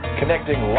connecting